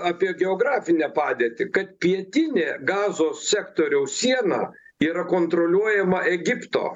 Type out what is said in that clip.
apie geografinę padėtį kad pietinė gazos sektoriaus siena yra kontroliuojama egipto